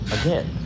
again